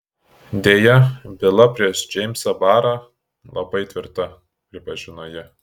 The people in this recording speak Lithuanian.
deja byla prieš džeimsą barą labai tvirta pripažino ji